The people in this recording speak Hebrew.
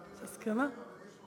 יש הסכמה להעביר, אבל יש,